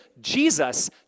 Jesus